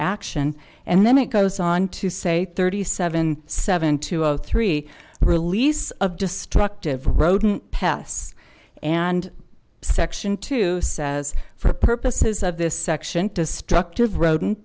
action and then it goes on to say thirty seven seven two zero three the release of destructive rodent pests and section two says for purposes of this section destructive rodent